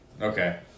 Okay